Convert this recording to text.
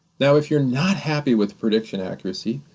now if you're not happy with prediction accuracy,